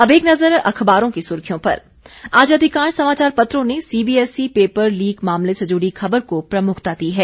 अब एक नज़र अखबारों की सुर्खियों पर आज समाचार पत्रों ने सीबीएसई पेपर लीक मामले से जुड़ी खबर को प्रमुखता दी है